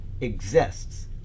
exists